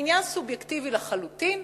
עניין סובייקטיבי לחלוטין.